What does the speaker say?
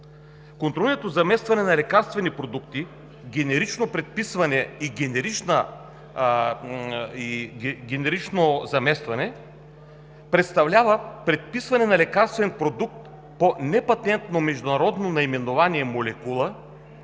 „Контролираното заместване на лекарствени продукти – генерично предписване и генерично заместване, представлява предписване на лекарствен продукт по непатентно международно наименование молекула